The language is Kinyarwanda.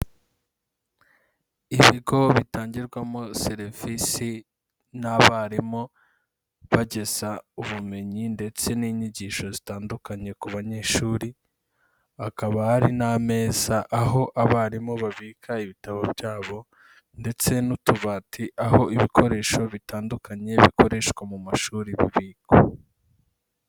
Ibigo bitangirwamo serivisi n'abarimu bageza ubumenyi ndetse n'inyigisho zitandukanye ku banyeshuri, akaba hari n'ameza aho abarimu babika ibitabo byabo ndetse n'utubati aho ibikoresho bitandukanye bikoreshwa mu mashuri bubikwa.